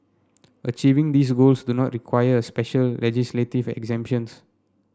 achieving these goals do not require special legislative exemptions